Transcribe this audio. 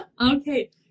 Okay